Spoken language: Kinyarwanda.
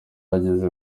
ageze